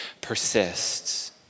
persists